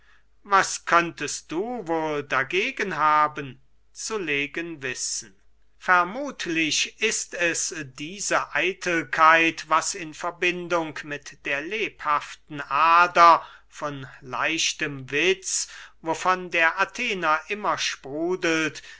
was könntest du wohl dagegen haben zu legen wissen vermuthlich ist es diese eitelkeit was in verbindung mit der lebhaften ader von leichtem witz wovon der athener immer sprudelt